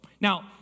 Now